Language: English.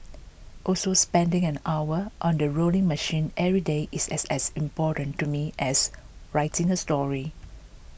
also spending an hour on the rowing machine every day is as important to me as writing a story